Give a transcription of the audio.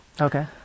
Okay